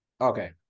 Okay